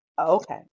okay